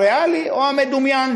הריאלי או המדומיין,